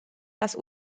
dass